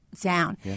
down